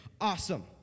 Awesome